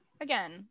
Again